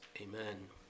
Amen